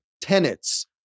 tenets